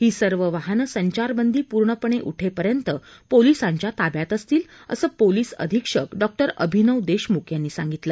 ही सर्व वाहनं संचारबंदी पूर्णपणे उठेपर्यंत पर्यंत पोलिसांचा ताब्यात असतील असं पोलीस अधीक्षक डॉक्टर अभिनव देशमुख यांनी सांगितलं